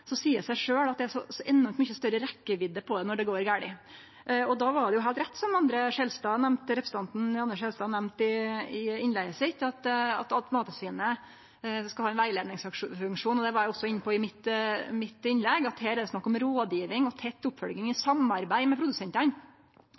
så enormt mykje større rekkjevidde på det når det går gale. Det er heilt rett, som representanten André Skjelstad nemnte i innlegget sitt, at Mattilsynet skal ha ein rettleiingsfunksjon, og det var eg også inne på i innlegget mitt, at her er det snakk om rådgjeving og tett oppfølging i